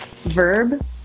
verb